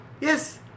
Yes